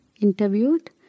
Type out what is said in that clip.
interviewed